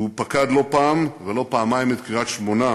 והוא פקד לא פעם ולא פעמיים את קריית-שמונה,